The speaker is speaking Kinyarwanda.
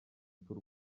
tw’u